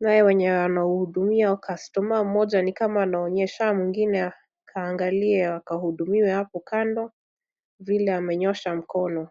naye mwenye anawahudumia customer mmoja ni kama anaonyesha mwingine akaangalie akahudumiwe hapo kando, vile amenyosha mkono.